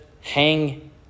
hang